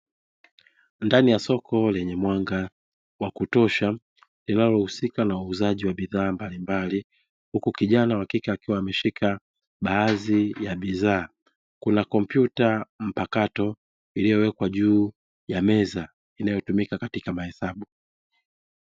Ndani ya soko lenye mwanga wa kutosha linalohusika na uuzaji wa bidhaa mbalimbali, huku kijana wa kike akiwa ameshika baadhi ya bidhaa, kuna kompyuta mpakato iliyowekwa juu ya meza inayotumika katika mahesabu.